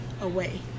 away